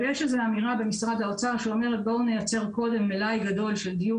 יש איזה אמירה במשרד האוצר האומרת: בואו נייצר קודם מלאי גדול של דיור